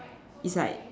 is like